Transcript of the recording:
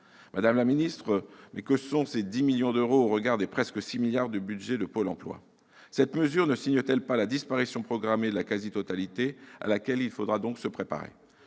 Madame la ministre, que sont ces 10 millions d'euros au regard des presque 6 milliards d'euros de budget de Pôle emploi ? Cette mesure ne signe-t-elle pas la disparition programmée de la quasi-totalité des maisons de l'emploi, à laquelle il faudrait donc se préparer ?